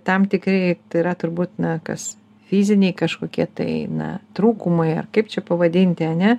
tam tikri tai yra turbūt na kas fiziniai kažkokie tai na trūkumai ar kaip čia pavadinti ar ne